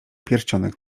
pierścionek